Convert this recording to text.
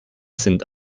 sind